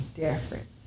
different